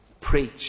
Preach